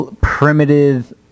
primitive